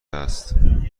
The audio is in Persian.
است